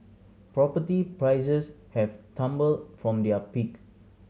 property prices have tumbled from their peak